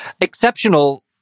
exceptional